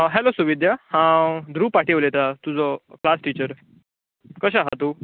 hello Suvidhya हांव द्रुव पाटील उलयतां तुजो क्लास टिचर कशें आहा तूं